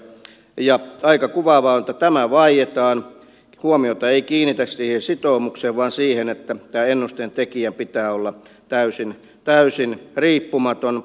ja aika kuvaavaa on että tämä vaietaan huomiota ei kiinnitetä siihen sitoumukseen vaan siihen että tämän ennusteen tekijän pitää olla täysin riippumaton